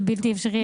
זה בלתי אפשרי.